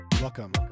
Welcome